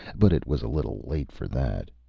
but it was a little late for that.